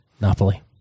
Napoli